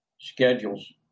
schedules